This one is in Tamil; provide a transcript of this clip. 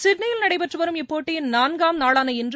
சிட்னியில் நடைபெற்றுவரும் இப்போட்டியின் நான்காம் நாளாள இன்று